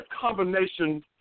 combination